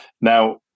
Now